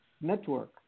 network